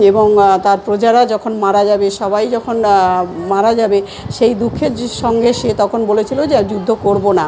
এবং তার প্রজারা যখন মারা যাবে সবাই যখন মারা যাবে সেই দুঃখের সঙ্গে সে তখন বলেছিল যে যুদ্ধ করব না